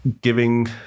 giving